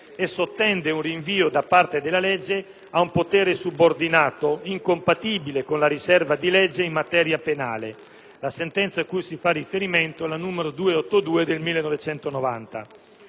e sottende un rinvio da parte della legge a un potere subordinato, incompatibile con la riserva di legge in materia penale (la sentenza cui si fa riferimento è la n. 282 del 1990).